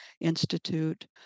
Institute